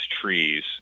trees